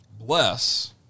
bless